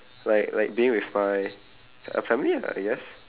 like like being with my uh family lah I guess